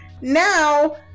now